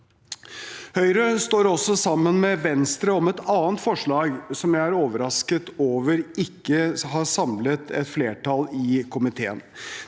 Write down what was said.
Høyre står også sammen med Venstre om et annet forslag som jeg er overrasket over at ikke har samlet et flertall i komiteen.